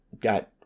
got